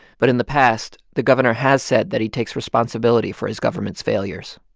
but in the past, the governor has said that he takes responsibility for his government's failures.